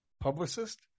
publicist